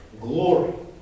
glory